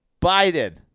Biden